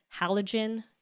halogen